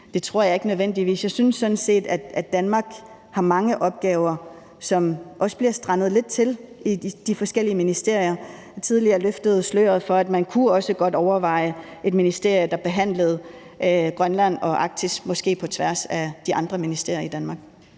Det tror jeg ikke nødvendigvis. Jeg synes sådan set, at Danmark har mange opgaver, som så også strander lidt i de forskellige ministerier. Jeg løftede tidligere sløret for, at man også godt kunne overveje et ministerie, der behandlede Grønland og Arktis måske på tværs af de andre ministerier i Danmark.